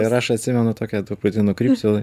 ir aš atsimenu tokią truputį nukrypsiu